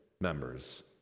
members